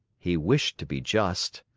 he wished to be just.